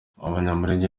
abanyamulenge